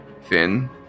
Finn